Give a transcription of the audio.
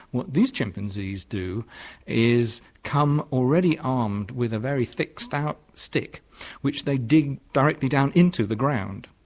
what these chimpanzees do is come already armed with a very thick, stout stick which they dig directly down into the ground.